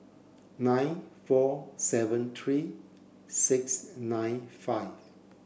nine four seven three six nine five